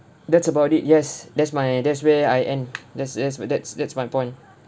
that's about it yes that's my that's where I end that's that's that's that's my point